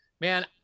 man